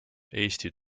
eesti